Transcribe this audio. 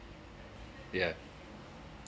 yeah